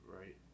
right